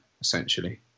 essentially